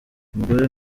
umugore